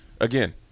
Again